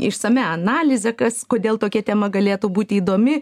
išsamia analize kas kodėl tokia tema galėtų būti įdomi